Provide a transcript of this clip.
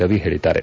ರವಿ ಹೇಳಿದ್ದಾರೆ